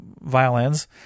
violins